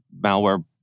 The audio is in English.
malware